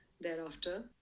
thereafter